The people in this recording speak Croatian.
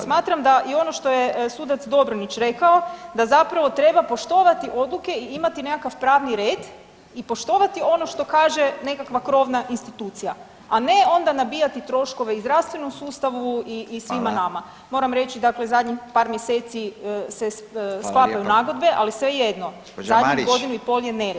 Smatram da i ono što je sudac Dobronić rekao da zapravo treba poštovati odluke i imati nekakav pravni red i poštovati ono što kaže nekakva krovna institucija, a ne onda nabijati troškove i u zdravstvenom sustavu i svima nama [[Upadica Radin: Hvala.]] moram reći zadnjih par mjeseci se sklapaju nagodbe [[Upadica Radin: Hvala lijepo.]] ali svejedno [[Upadica Radin: Gospođo Marić.]] Zadnjih godinu i pol je nered.